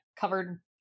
covered